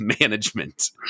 management